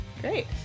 Great